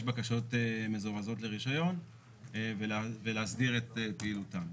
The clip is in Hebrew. בקשות מזורזות לרישיון ולהסדיר את פעילותם.